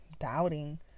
doubting